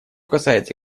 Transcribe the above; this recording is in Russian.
касается